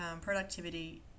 productivity